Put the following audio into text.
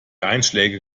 einschläge